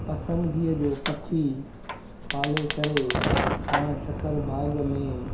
पसंदिगीअ जो पखी पाले करे पाण शक्करबाग़ में